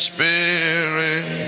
Spirit